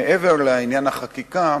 מעבר לעניין החקיקה,